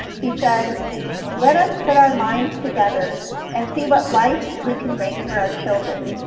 he said let us put our minds together and see what life we can make for our children.